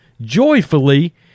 joyfully